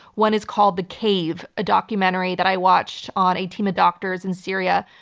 one is called the cave, a documentary that i watched on a team of doctors in syria,